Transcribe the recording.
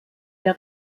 der